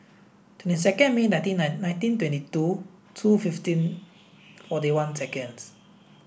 twenty second May nineteen nine nineteen twenty two two fifteen forty one seconds